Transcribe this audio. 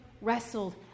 wrestled